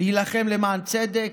להילחם למען צדק,